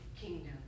kingdom